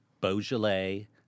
Beaujolais